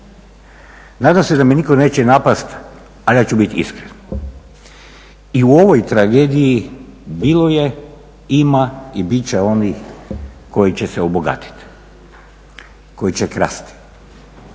Nadam se da me niko neće napast, ali ja ću biti iskren. I u ovoj tragediji bilo je, ima i bit će onih koji će se obogatit, koji će krasti,